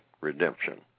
Redemption